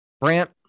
Brant